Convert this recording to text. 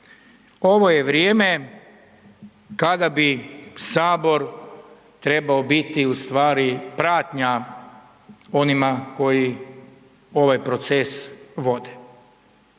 Ovo je vrijeme kada bi Sabor trebao biti ustvari pratnja onima koji ovaj proces vode.